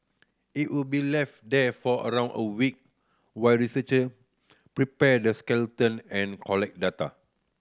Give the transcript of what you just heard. it would be left there for around a week while researcher prepare the skeleton and collect data